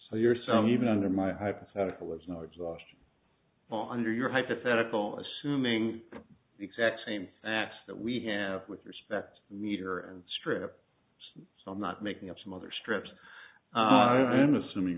so your so even under my hypothetical is no exhaust fall under your hypothetical assuming the exact same x that we have with respect meter and strips so i'm not making up some other strips assuming